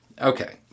Okay